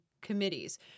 committees